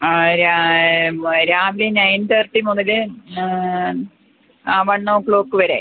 ആ രാവിലെ nine thirty മുതല് ആ വണ്ണോ ക്ലോക്ക് വരെ